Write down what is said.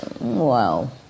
wow